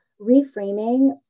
reframing